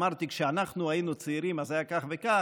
אמרתי, כשאנחנו היינו צעירים אז היה כך וכך.